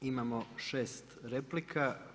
Imamo 6 replika.